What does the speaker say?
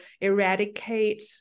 eradicate